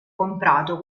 comprato